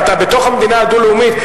בתוך המדינה הדו-לאומית,